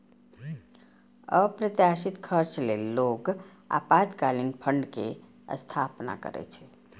अप्रत्याशित खर्च लेल लोग आपातकालीन फंड के स्थापना करै छै